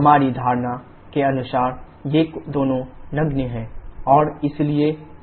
हमारी धारणा के अनुसार ये दोनों नगण्य हैं और इसलिए यह dh के बराबर हो जाता है